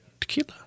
Tequila